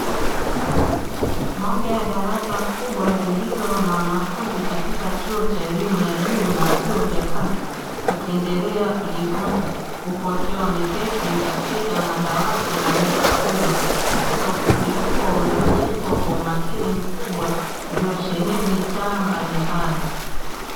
Moja ya darasa kubwa lililo na wanafunzi katika chuo cha elimu ya juu na vyuo vya kati, wakiendelea kujifunza huku wakiwa wameketi katika madawati na meza kubwa. Katika ukumbi huo uliojengwa kwa umakini mkubwa uliosheheni taa mbalimbali.